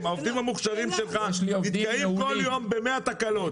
העובדים המוכשרים שלך נתקעים כל יום במאה תקלות.